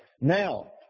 Now